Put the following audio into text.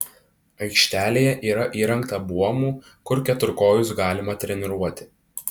aikštelėje yra įrengta buomų kur keturkojus galima treniruoti